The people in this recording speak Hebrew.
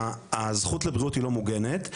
הזכות לבריאות היא לא מוגנת,